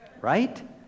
right